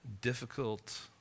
difficult